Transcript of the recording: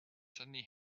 suddenly